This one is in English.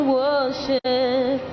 worship